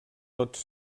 tots